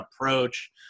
approach